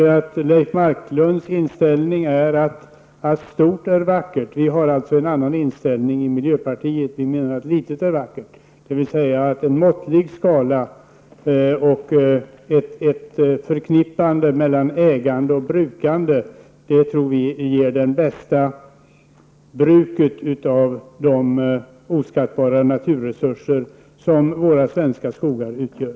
Leif Marklunds inställning är att allt stort är vackert. Vi har alltså en annan inställning i miljöpartiet. Vi menar att litet är vackert, dvs. att en måttlig skala och ett samband mellan ägande och brukande ger det bästa bruket av de oskattbara naturresurser som våra svenska skogar utgör.